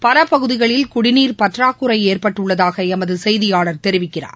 பல பகுதிகளில் குடிநீர் பற்றாக்குறை ஏற்பட்டுள்ளதாக எமது செய்தியாளர் தெரிவிக்கிறார்